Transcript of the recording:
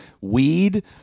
weed